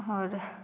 और